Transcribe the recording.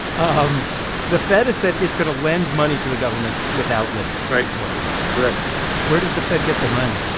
um the fed has said it's going to lend money to the government without limit. right. more or less correct where does the fed get the money?